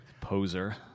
Poser